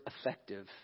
effective